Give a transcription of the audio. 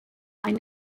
ein